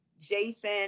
Jason